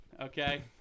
Okay